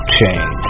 change